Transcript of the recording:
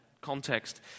context